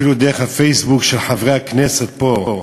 אפילו דרך הפייסבוק, של חברי הכנסת פה,